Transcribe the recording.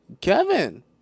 Kevin